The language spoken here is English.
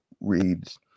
reads